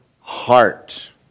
heart